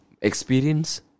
Experience